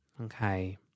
Okay